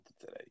today